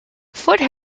foote